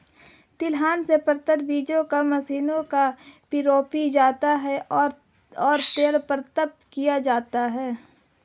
तिलहन से प्राप्त बीजों को मशीनों में पिरोया जाता है और तेल प्राप्त किया जाता है